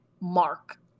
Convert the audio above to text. mark